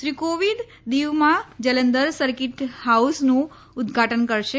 શ્રી કોંવિદ દીવમાં જલંધર સર્કિટ હાઉસનું ઉદધાટન કરશે